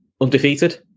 undefeated